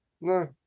no